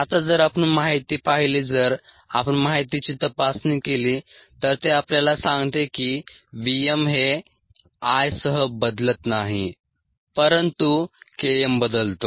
आता जर आपण माहिती पाहिली जर आपण माहितीची तपासणी केली तर ते आपल्याला सांगते की V m हे I सह बदलत नाही परंतु K m बदलतो